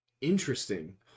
Interesting